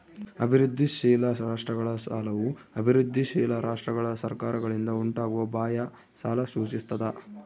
ಅಭಿವೃದ್ಧಿಶೀಲ ರಾಷ್ಟ್ರಗಳ ಸಾಲವು ಅಭಿವೃದ್ಧಿಶೀಲ ರಾಷ್ಟ್ರಗಳ ಸರ್ಕಾರಗಳಿಂದ ಉಂಟಾಗುವ ಬಾಹ್ಯ ಸಾಲ ಸೂಚಿಸ್ತದ